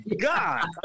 god